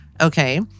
Okay